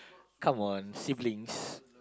come on siblings